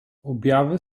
objawy